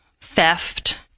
theft